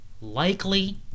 likely